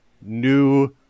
new